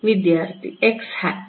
വിദ്യാർത്ഥി x hat